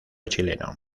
chileno